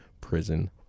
prison